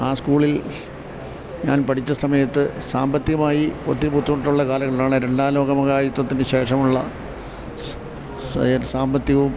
ആ സ്കൂളിൽ ഞാൻ പഠിച്ച സമയത്ത് സാമ്പത്തികമായി ഒത്തിരി ബുദ്ധിമുട്ടുള്ള കാലങ്ങളാണ് രണ്ടാം ലോക മഹായുദ്ധത്തിന് ശേഷമുള്ള സാമ്പത്തികവും